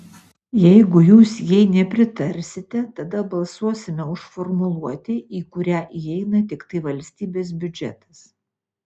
jeigu jūs jai nepritarsite tada balsuosime už formuluotę į kurią įeina tiktai valstybės biudžetas